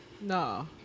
No